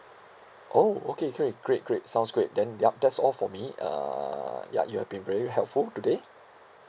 oh okay great great great sounds great then yup that's all for me uh ya you have been very helpful today